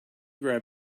grab